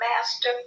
master